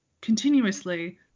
continuously